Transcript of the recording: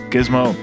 Gizmo